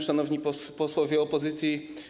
Szanowni Posłowie Opozycji!